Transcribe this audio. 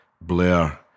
Blair